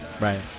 Right